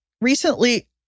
recently